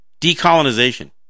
decolonization